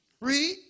Read